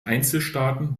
einzelstaaten